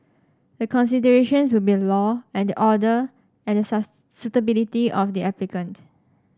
the considerations will be law and order and the suitability of the applicant